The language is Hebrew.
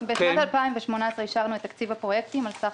אני מזכירה שבשנת 2018 אישרנו את תקציב הפרויקטים על סך